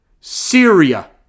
Syria